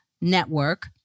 network